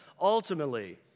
ultimately